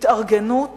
התארגנות